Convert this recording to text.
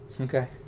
Okay